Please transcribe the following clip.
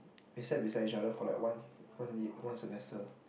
we sat beside each other for like one one y~ one semester